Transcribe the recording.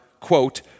quote